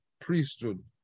priesthood